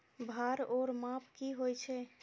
भार ओर माप की होय छै?